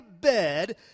bed